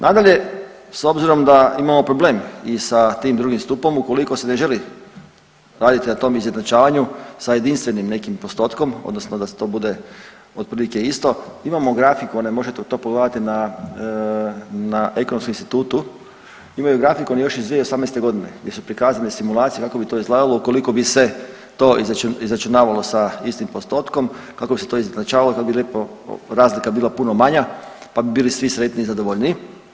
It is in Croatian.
Nadalje, s obzirom da imamo problem i sa tim drugim stupom ukoliko se ne želi raditi na tom izjednačavanju sa jedinstvenim nekim postotkom odnosno da to bude otprilike isto, imamo grafikone možete to pogledati na, na Ekonomskom institutu, imaju grafikon još iz 2018. godine gdje su prikazane simulacije kako bi to izgledalo ukoliko bi se to izračunavalo sa istim postotkom kako bi se to izjednačavalo, kako bi lijepo razlika bila puno manja pa bi bili svi sretniji i zadovoljniji.